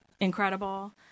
incredible